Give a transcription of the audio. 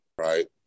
Right